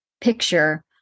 picture